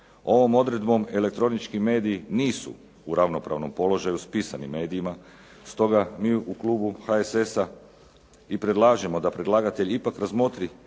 Ovom odredbom elektronički mediji nisu u ravnopravnom položaju s pisanim medijima, stoga mi u klubu HSS-a i predlažemo da predlagatelj ipak razmotri